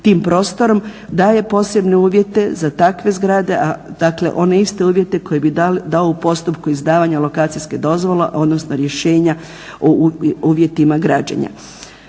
tim prostorom, daje posebne uvjete za takve zgrade, a dakle one iste uvjete koje bi dao u postupku izdavanja lokacijske dozvole, odnosno rješenja o uvjetima građenja.